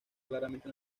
claramente